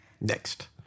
Next